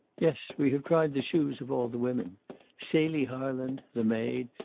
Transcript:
yes. we have tried the shoes of all the women celie harland, the maid,